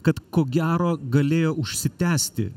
kad ko gero galėjo užsitęsti